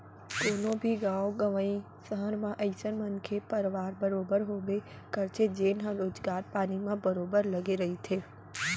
कोनो भी गाँव गंवई, सहर म अइसन मनखे परवार बरोबर होबे करथे जेनहा रोजगार पानी म बरोबर लगे रहिथे